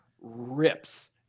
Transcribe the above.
rips